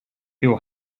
your